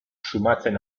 sumatzen